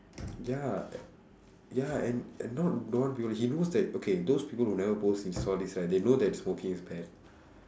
ya ya and and not don't want to you know he knows that okay those people who never post insta all these right they know that smoking is bad